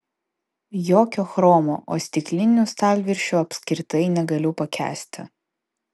jokio chromo o stiklinių stalviršių apskritai negaliu pakęsti